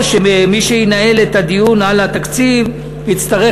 או שמי שינהל את הדיון על התקציב יצטרך